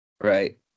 Right